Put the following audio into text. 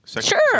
Sure